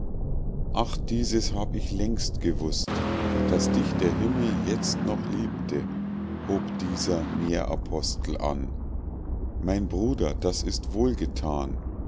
ach dieses hab ich längst gewußt daß dich der himmel jetzt noch liebte hob dieser meerapostel an mein bruder das ist